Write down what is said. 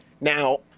Now